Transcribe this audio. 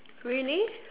really